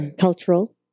Cultural